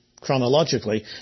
chronologically